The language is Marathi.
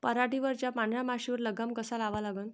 पराटीवरच्या पांढऱ्या माशीवर लगाम कसा लावा लागन?